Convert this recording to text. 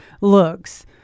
looks